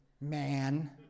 man